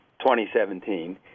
2017